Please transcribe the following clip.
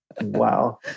wow